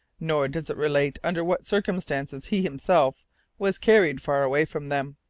nor does it relate under what circumstances he himself was carried far away from them.